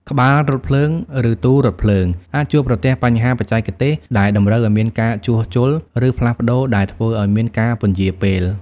ក្បាលរថភ្លើង ឬទូរថភ្លើងអាចជួបប្រទះបញ្ហាបច្ចេកទេសដែលតម្រូវឱ្យមានការជួសជុល ឬផ្លាស់ប្តូរ ដែលធ្វើឱ្យមានការពន្យារពេល។